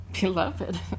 Beloved